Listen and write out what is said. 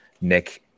nick